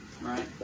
right